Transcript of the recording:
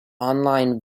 online